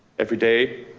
every day,